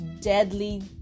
deadly